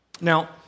Now